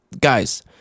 Guys